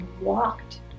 walked